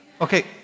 Okay